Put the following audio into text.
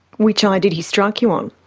which eye did he strike you on?